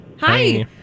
Hi